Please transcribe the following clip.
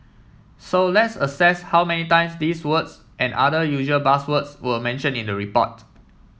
so let's assess how many times these words and other usual buzzwords were mention in the report